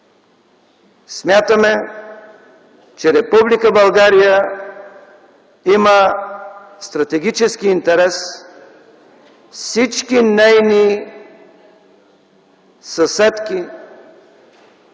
смятаме, че Република България има стратегически интерес всички нейни съседки